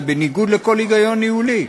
זה בניגוד לכל היגיון ניהולי.